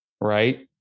right